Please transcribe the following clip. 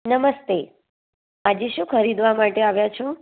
નમસ્તે હાજી શું ખરીદવા માટે આવ્યા છો